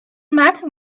matter